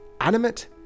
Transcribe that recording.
animate